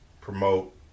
Promote